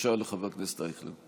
שאלה נוספת לחבר הכנסת אייכלר.